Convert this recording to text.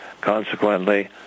Consequently